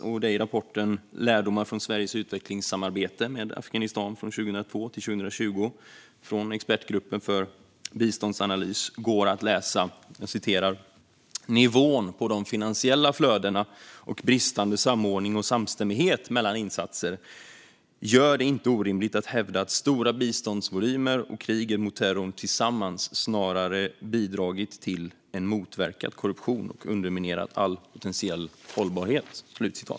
I en rapport om lärdomar från Sveriges utvecklingssamarbete med Afghanistan 2002-2020 från Expertgruppen för biståndsanalys går att läsa: "Nivån på de finansiella flödena och bristande samordning och samstämmighet mellan insatser gör det inte orimligt att hävda att stora biståndsvolymer och kriget mot terrorn tillsammans snarare bidragit till än motverkat korruption och underminerat all potential till hållbarhet."